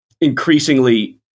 Increasingly